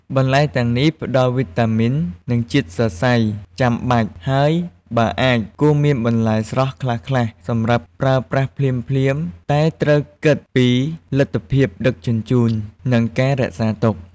បន្លែទាំងនេះផ្តល់វីតាមីន និងជាតិសរសៃចាំបាច់ ហើយបើអាច គួរមានបន្លែស្រស់ខ្លះៗសម្រាប់ប្រើប្រាស់ភ្លាមៗ តែត្រូវគិតពីលទ្ធភាពដឹកជញ្ជូន និងការរក្សាទុក។